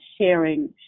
sharing